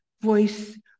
voice